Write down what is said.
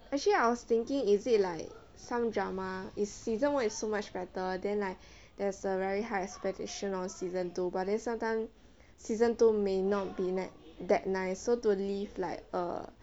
actually I was thinking is it like some drama is season one is so much better then like there's a very high expectation on season two but then sometimes season two may not be that that nice so to leave like err